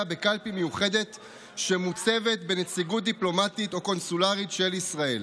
בקלפי מיוחדת שמוצבת בנציגות דיפלומטית או קונסולרית של ישראל.